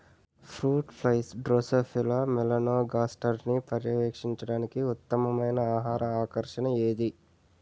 Fruit flies Drosophila మెలనోగాస్టర్ని పర్యవేక్షించడానికి ఉత్తమమైన ఆహార ఆకర్షణ ఏది?